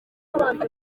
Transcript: gukunda